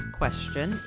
question